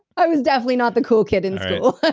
i was definitely not the cool kid in school but